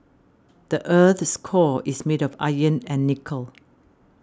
the earth's core is made of iron and nickel